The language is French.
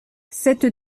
cette